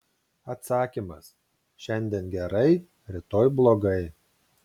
atsakymas šiandien gerai rytoj blogai